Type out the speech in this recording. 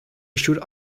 should